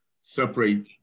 separate